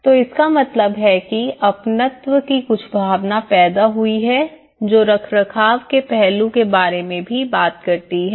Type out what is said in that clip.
तो इसका मतलब है कि अपनत्व की कुछ भावना पैदा हुई है जो रखरखाव के पहलू के बारे में भी बात करती है